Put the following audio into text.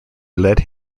led